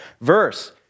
verse